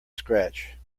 scratch